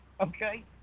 okay